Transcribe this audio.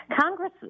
Congress